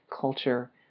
culture